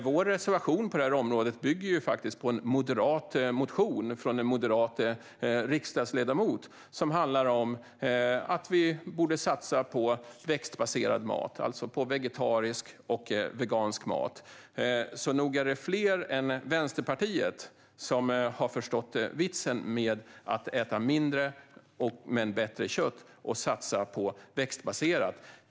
Vår reservation på det här området bygger ju på en moderat motion från en moderat riksdagsledamot och handlar om att vi borde satsa på växtbaserad mat, alltså på vegetarisk och vegansk mat. Nog är det alltså fler än Vänsterpartiet som har förstått vitsen med att äta mindre men bättre kött och att satsa på växtbaserat.